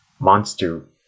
Monster